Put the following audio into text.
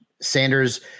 Sanders